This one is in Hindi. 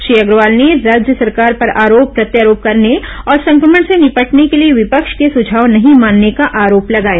श्री अग्रवाल ने राज्य सरकार पर आरोप प्रत्यारोप करने और संक्रमण से निपटने के लिए विपक्ष के सुझाव नहीं मानने का अरोप लगाया